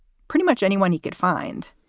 pretty much anyone he could find.